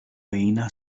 veïna